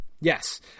Yes